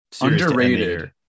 underrated